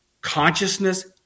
Consciousness